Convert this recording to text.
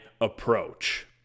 approach